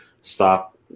stop